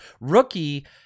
Rookie